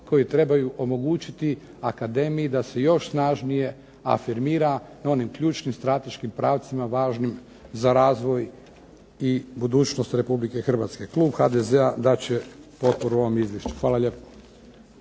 koji trebaju omogućiti akademiji da se još snažnije afirmira na onim ključnim strateškim pravcima važnim za razvoj i budućnost RH. Klub HDZ-a dat će potporu ovom izvješću. Hvala lijepo.